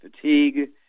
fatigue